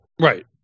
Right